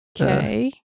okay